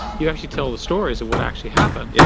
you actually tell the stories of what actually happened, yeah